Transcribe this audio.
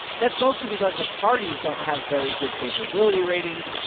that's mostly because the parties don't have very good favorability ratings.